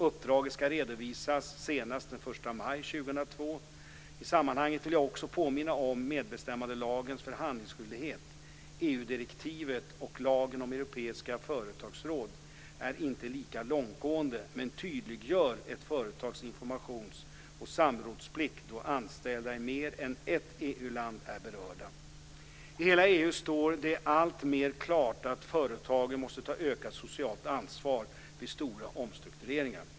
Uppdraget ska redovisas senast den 1 maj 2002. I sammanhanget vill jag också påminna om medbestämmandelagens förhandlingsskyldighet. EU-direktivet och lagen om europeiska företagsråd är inte lika långtgående men tydliggör ett företags informations och samrådsplikt då anställda i mer än ett EU-land är berörda. I hela EU står det alltmer klart att företagen måste ta ökat socialt ansvar vid stora omstruktureringar.